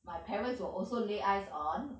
my parents will also lay eyes on